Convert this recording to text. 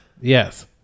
Yes